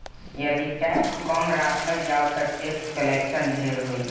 यदि टैक्स कम राखल जाओ ता टैक्स कलेक्शन ढेर होई